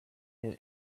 his